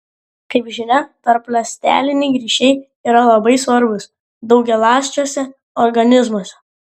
kaip žinia tarpląsteliniai ryšiai yra labai svarbūs daugialąsčiuose organizmuose